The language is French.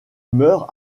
meurt